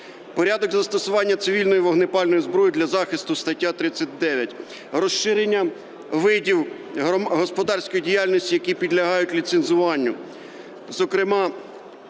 порядок застосування цивільної вогнепальної зброї для захисту (стаття 39); розширення видів господарської діяльності, які підлягають ліцензуванню,